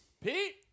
Pete